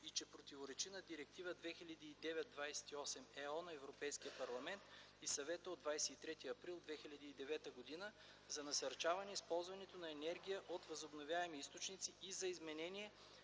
и че противоречи на Директива 2009/28/ЕО на Европейския парламент и Съвета от 23 април 2009 г. за насърчаване използването на енергия от възобновяеми източници и за изменение